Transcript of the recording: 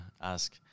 ask